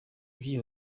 by’iyi